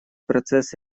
процесс